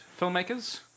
filmmakers